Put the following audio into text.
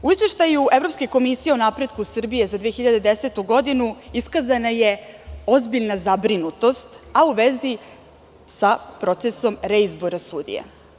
U Izveštaju Evropske komisije o napretku Srbije za 2010. godinu iskazana je ozbiljna zabrinutost, a u vezi sa procesom reizbora Srbija.